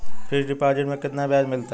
Fix deposit में कितना ब्याज मिलता है?